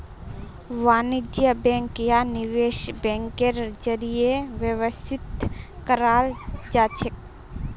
वाणिज्य बैंक या निवेश बैंकेर जरीए व्यवस्थित कराल जाछेक